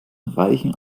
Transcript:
reichen